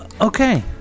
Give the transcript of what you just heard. Okay